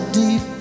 deep